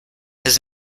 his